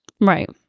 Right